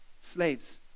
slaves